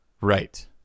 Right